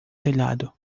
telhado